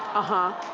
and,